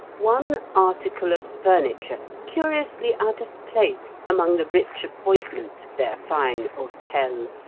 one article of furniture, curiously out of place among the rich appointments of their fine hotel,